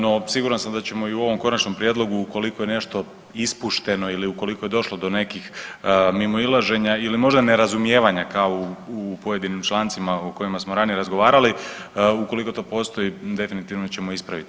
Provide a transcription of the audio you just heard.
No, siguran sam da ćemo i u ovom konačnom prijedlogu ukoliko je nešto ispušteno ili ukoliko je došlo do nekih mimoilaženja ili možda nerazumijevanja kao u pojedinim člancima o kojima smo ranije razgovarali, ukoliko to postoji definitivno ćemo ispraviti.